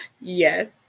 Yes